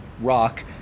rock